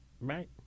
right